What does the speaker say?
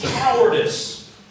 Cowardice